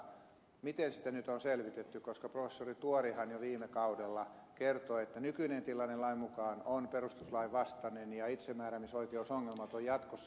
miten sitä nyt on selvitetty koska professori tuorihan jo viime kaudella kertoi että nykyinen tilanne lain mukaan on perustuslain vastainen ja itsemääräämisoikeusongelmat ovat jatkossa